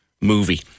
movie